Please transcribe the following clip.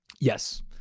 Yes